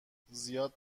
زیاد